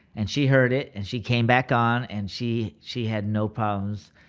and she heard it, and she came back on and she she had no problems.